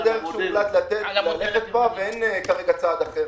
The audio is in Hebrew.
-- אבל זאת הדרך שהוחלט ללכת בה ואין כרגע צעד אחר.